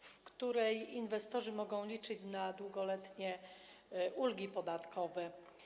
w której inwestorzy mogą liczyć na długoletnie ulgi podatkowe.